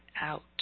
out